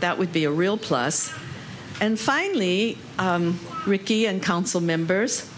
that would be a real plus and finally ricky and council members